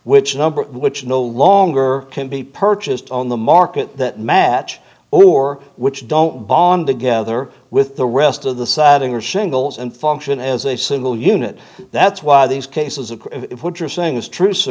number which no longer can be purchased on the market match or which don't bond together with the rest of the siding or shingles and function as a single unit that's why these cases of what you're saying is tr